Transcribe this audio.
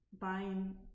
buying